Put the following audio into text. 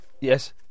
Yes